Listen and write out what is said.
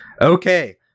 Okay